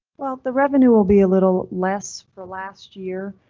well, the revenue will be a little less for last year,